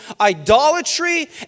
idolatry